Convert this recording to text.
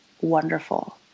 wonderful